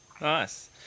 Nice